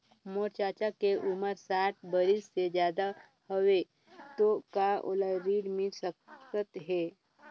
मोर चाचा के उमर साठ बरिस से ज्यादा हवे तो का ओला ऋण मिल सकत हे?